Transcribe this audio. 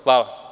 Hvala.